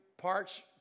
Parts